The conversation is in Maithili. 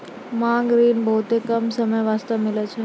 मांग ऋण बहुते कम समय बास्ते मिलै छै